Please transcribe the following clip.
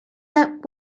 that